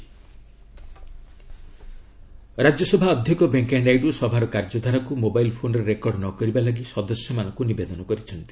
Rajya Sabha recording Rajya Sabha ଅଧ୍ୟକ୍ଷ ଭେଙ୍କିୟାନାଇଡୁ ସଭାର କାର୍ଯ୍ୟଧାରାକୁ ମୋବାଇଲ୍ ଫୋନ୍ରେ ରେକର୍ଡ ନ କରିବା ଲାଗି ସଦସ୍ୟମାନଙ୍କୁ ନିବେଦନ କରିଥିଲେ